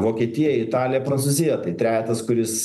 vokietija italija prancūzija tai trejetas kuris